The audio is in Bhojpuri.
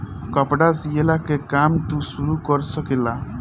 कपड़ा सियला के काम तू शुरू कर सकेला